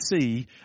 see